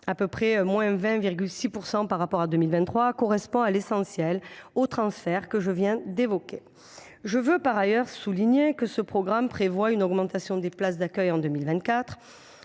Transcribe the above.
% environ par rapport à 2023, correspond, pour l’essentiel, au transfert que je viens d’évoquer. Je veux par ailleurs souligner que ce programme prévoit une augmentation des places d’accueil en 2024.